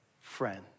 friend